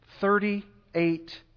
Thirty-eight